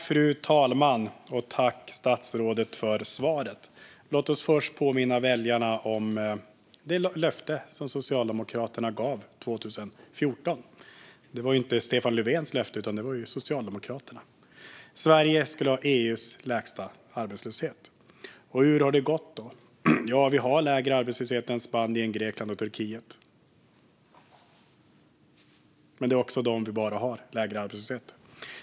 Fru talman! Tack, statsrådet, för svaret! Låt oss först påminna väljarna om det löfte som Socialdemokraterna gav 2014. Det var inte Stefan Löfvens löfte, utan det var Socialdemokraternas. Sverige skulle ha EU:s lägsta arbetslöshet. Hur har det då gått? Ja, vi har lägre arbetslöshet än Spanien, Grekland och Turkiet, men det är också bara dessa som har högre arbetslöshet än vi.